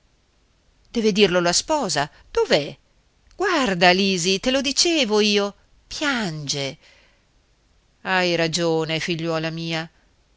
deve dirlo la sposa dov'è guarda lisi te lo dicevo io piange hai ragione figliuola mia